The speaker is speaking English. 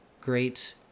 great